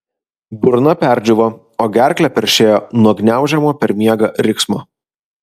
burna perdžiūvo o gerklę peršėjo nuo gniaužiamo per miegą riksmo